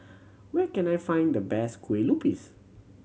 where can I find the best kue lupis